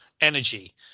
energy